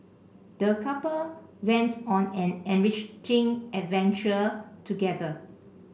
the couple went on an enriching adventure together